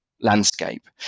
landscape